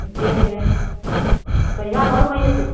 ठीके छै कहिया घरमे एतय